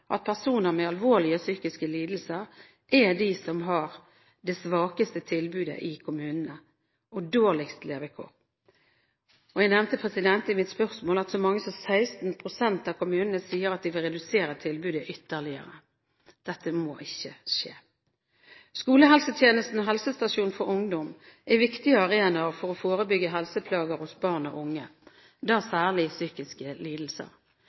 at personer med alvorlige psykiske lidelser er de som har det svakeste tilbudet i kommunene, og dårligst levekår. Jeg nevnte i mitt spørsmål at så mange som 16 pst. av kommunene sier at de vil redusere tilbudet ytterligere. Dette må ikke skje. Skolehelsetjenesten og helsestasjon for ungdom er viktige arenaer for å forebygge helseplager hos barn og unge, da særlig psykiske lidelser.